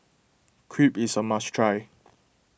Crepe is a must try